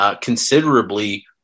considerably